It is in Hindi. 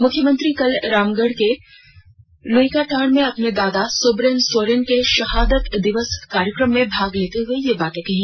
मुख्यमंत्री कल रामगढ़ के लुकइयाटांड में अपने दादा सोबरन सोरेन के शहादत दिवस कार्यक्रम में भाग लेते हुए ये बातें कहीं